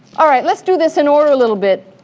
all right, let's do this in order a little bit.